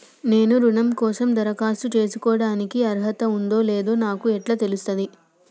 నేను రుణం కోసం దరఖాస్తు చేసుకోవడానికి అర్హత ఉందో లేదో నాకు ఎట్లా తెలుస్తది?